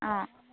অঁ